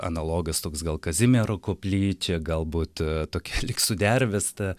analogas toks gal kazimiero koplyčia galbūt a tokia lyg sudervės ta